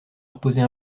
reposer